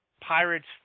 Pirates